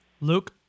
Luke